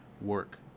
work